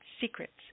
Secrets